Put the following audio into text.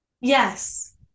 Yes